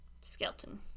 skeleton